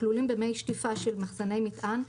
הכלולים במי שטיפה של מחסני מטען,